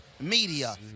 media